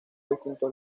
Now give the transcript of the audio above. distintos